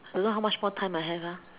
a lot how much more time I have ah